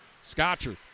Scotcher